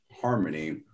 harmony